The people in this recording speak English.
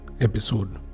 episode